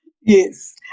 Yes